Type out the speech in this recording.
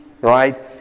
right